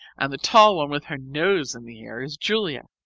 and the tall one with her nose in the air is julia,